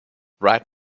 bright